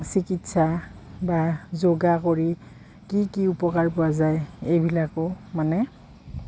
চিকিৎসা বা যোগা কৰি কি কি উপকাৰ পোৱা যায় এইবিলাকো মানে